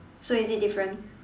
so is it different